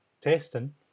testing